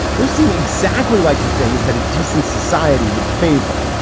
those seem exactly like the things that a decent society would favor.